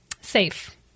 safe